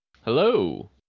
Hello